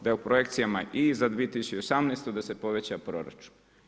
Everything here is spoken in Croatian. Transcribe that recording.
Da je u projekcijama i za 2018. da se poveća proračun.